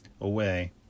away